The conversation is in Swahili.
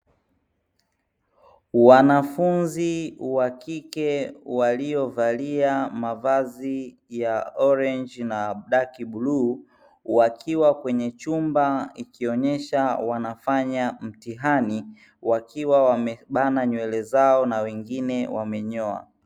Wanafunzi wakike walio valia mavazi ya orenji na daki bluu wakiwa kwenye chumba ikionyesha wanafanya mtihani wakiwa wamebana nywele zao wengine wamenyoa.